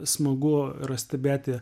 smagu yra stebėti